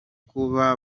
kuba